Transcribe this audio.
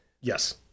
Yes